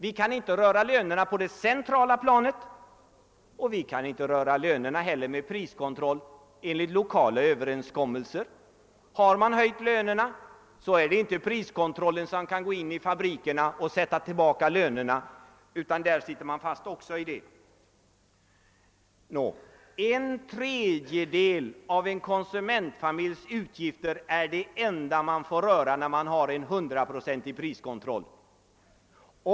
Vi kan inte röra lönerna på det centrala planet och vi kan inte heller med priskontroll röra lönerna enligt lokala överenskommelser. Har man höjt lönerna kan vi inte med priskontroll gå in i fabrikerna och sätta tillbaka lönerna. En tredjedel av en konsumentfamiljs utgifter är alltså det enda man får röra när man har en hundraprocentig priskontroll.